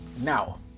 Now